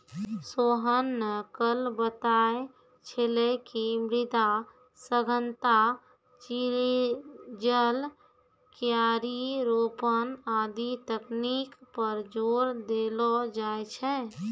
सोहन न कल बताय छेलै कि मृदा सघनता, चिजल, क्यारी रोपन आदि तकनीक पर जोर देलो जाय छै